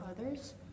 others